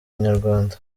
inyarwanda